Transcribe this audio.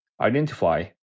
identify